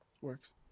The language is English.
Works